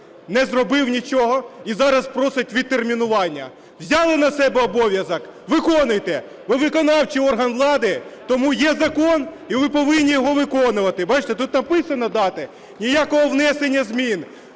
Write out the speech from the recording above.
не зробив нічого і зараз просить відтермінування. Взяли на себе обов'язок – виконуйте! Ви виконавчий орган влади, тому є закон і ви повинні його виконувати. Бачите, тут написані дати. Ніякого внесення змін!